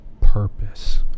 purpose